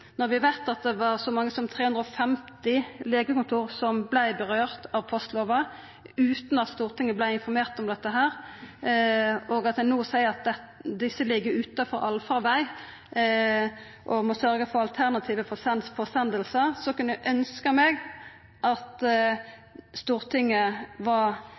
Når vi veit at det var så mange som 350 legekontor som postlova fekk følgjer for, utan at Stortinget vart informert om dette, og at ein no seier at desse «ligger utenfor «allfarvei» og må sørge for alternative forsendelser», kunne eg ønskja at Stortinget var